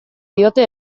diote